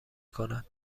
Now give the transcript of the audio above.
کند